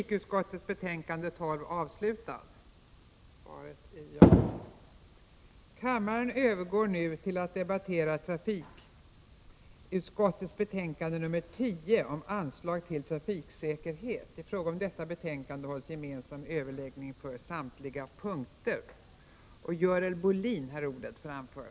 Kammaren övergår nu till att debattera trafikutskottets betänkande 10 om anslag till trafiksäkerhet. I fråga om detta betänkande hålls gemensam överläggning för samtliga punkter.